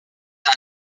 dans